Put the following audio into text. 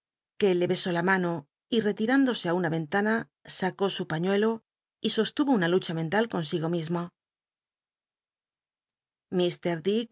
ue le besó la mano y rctir índose i una ventana s có su paiiuclo y sostuvo una lucha mental consigo mismo mr